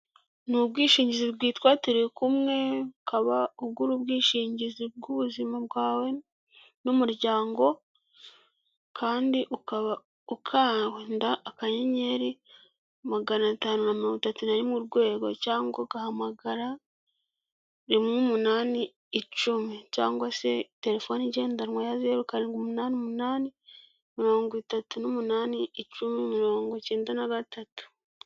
Ni ubwishingizi bwitwa turi kumwe, ukaba ugura ubwishingizi bw'ubuzima bwawe n'umuryango, kandi ukaba ukanda akanyenyeri magana tanu mirongo atatu narimwe, urwego cyangwa ugahamagara rimwe umunani icumi cyangwa se telefone igendanwa ya zeru, karindwi, umunani, umunani mirongo itatu n' umunani, icumi, mirongo icyenda n'agatatu.